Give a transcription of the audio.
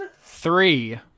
Three